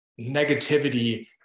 negativity